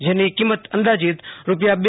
જેની કિંમત અંદાજીત રૂપિયા ર